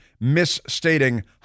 misstating